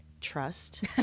Trust